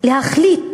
להחליט